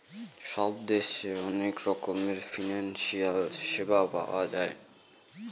সব দেশে অনেক রকমের ফিনান্সিয়াল সেবা পাওয়া যায়